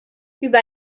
über